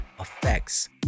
effects